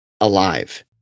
alive